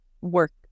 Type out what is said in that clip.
work